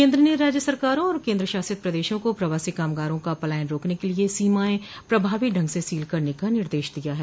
केन्द्र ने राज्य सरकारों और केन्द्र शासित प्रदेशों को प्रवासी कामगारा का पलायन रोकने के लिए सीमाएं प्रभावी ढंग से सील करने का निर्देश दिया है